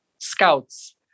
scouts